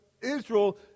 Israel